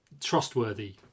trustworthy